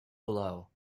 below